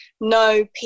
no